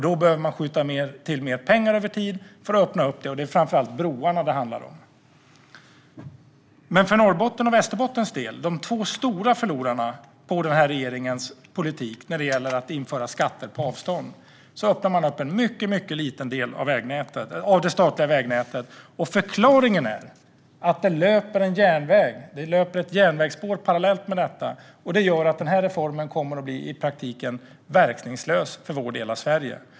Då behöver man skjuta till mer pengar över tid för att öppna det, och det är framför allt broarna det handlar om. Men för Norrbottens och Västerbottens del, de två stora förlorarna på den här regeringens politik när det gäller att införa skatter på avstånd, öppnar man en mycket liten del av det statliga vägnätet. Förklaringen är att det löper ett järnvägsspår parallellt. Detta gör att den här reformen i praktiken kommer att bli verkningslös för vår del av Sverige.